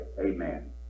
Amen